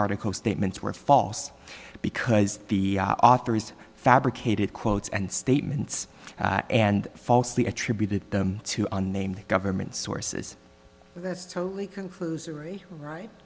article statements were false because the author is fabricated quotes and statements and falsely attributed them to unnamed government sources that's totally